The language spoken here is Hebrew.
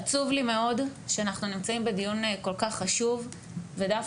עצוב לי מאוד שאנחנו נמצאים בדיון כל כך חשוב ודווקא